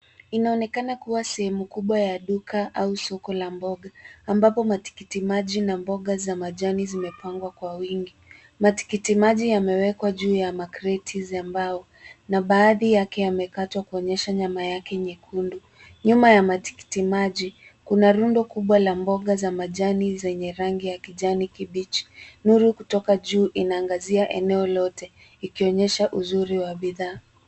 Inaonekana kuwa sehemu kubwa ya duka au soko la mboga ambapo matikiti maji na mboga za majani zimepangwa kwa wingi. Matikiti maji yamewekwa juu ya makreti za mbao na baadhi yake yamekatwa kuonyesha nyama yake nyekundu. Nyuma ya matikiti maji, kuna rundo kubwa la mboga za majani zenye rangi ya kijani kibichi. Nuru kutoka juu inaangazia eneo lote, ikionyesha uzuri wa bidhaa.